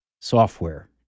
software